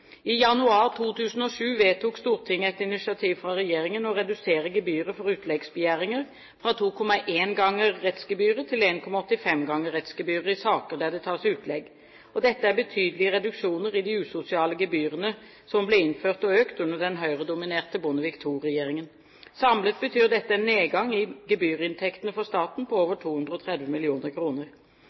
januar 2007 vedtok Stortinget etter initiativ fra regjeringen å redusere gebyret for utleggsbegjæringer fra 2,1 ganger rettsgebyret til 1,85 ganger rettsgebyret i saker der det tas utlegg. Dette er betydelige reduksjoner i de usosiale gebyrene som ble innført og økt under den høyredominerte Bondevik II-regjeringen. Samlet betyr dette en nedgang i gebyrinntektene for staten på over 230